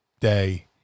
day